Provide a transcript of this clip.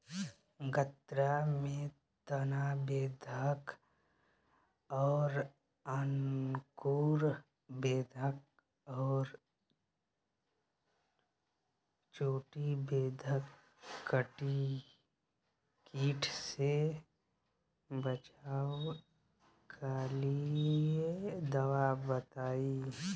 गन्ना में तना बेधक और अंकुर बेधक और चोटी बेधक कीट से बचाव कालिए दवा बताई?